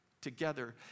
together